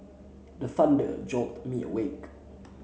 the thunder jolt me awake